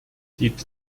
lied